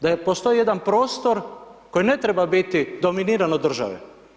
Da postoji jedan prostor koji ne treba biti dominiran od države.